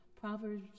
Proverbs